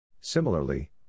Similarly